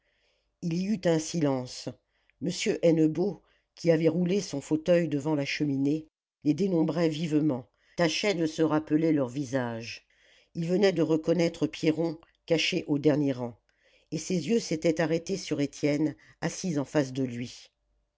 il y eut un silence m hennebeau qui avait roulé son fauteuil devant la cheminée les dénombrait vivement tâchait de se rappeler leurs visages il venait de reconnaître pierron caché au dernier rang et ses yeux s'étaient arrêtés sur étienne assis en face de lui